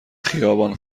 خیابان